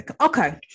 Okay